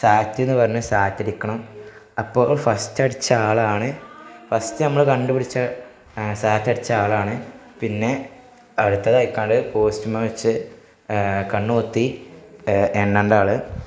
സാറ്റ് എന്നു പറഞ്ഞ് സാറ്റടിക്കണം അപ്പോള് ഫസ്റ്റടിച്ച ആളാണ് ഫസ്റ്റ് നമ്മള് കണ്ടുപിടിച്ച സാറ്റടിച്ച ആളാണ് പിന്നെ അടുത്തതായിക്കാള് പോസ്റ്റുമാ വെച്ച് കണ്ണുപൊത്തി എണ്ണണ്ടയാള്